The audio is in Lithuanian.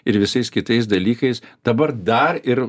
ir visais kitais dalykais dabar dar ir